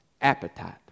appetite